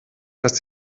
dass